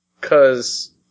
Cause